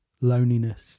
loneliness